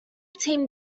team